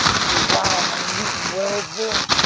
said, wow man, are you from wellsville